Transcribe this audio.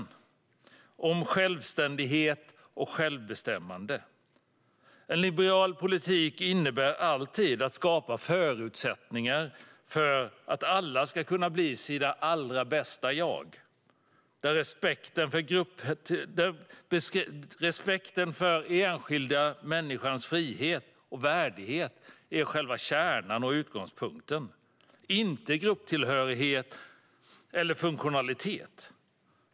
Det handlar om självständighet och självbestämmande. En liberal politik verkar alltid för att skapa förutsättningar för att alla ska kunna bli sitt allra bästa jag. Respekten för den enskilda människans frihet och värdighet - inte grupptillhörighet eller funktionalitet - är själva kärnan och utgångspunkten.